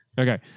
Okay